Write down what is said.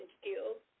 skills